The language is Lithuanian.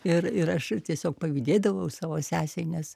ir ir aš tiesiog pavydėdavau savo sesei nes